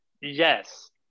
yes